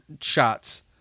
shots